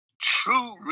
true